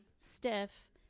stiff